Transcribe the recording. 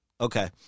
Okay